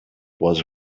was